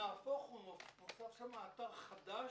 נהפוך הוא נוצר שם אתר חדש,